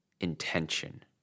intention